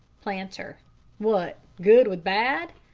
planter what good with bad?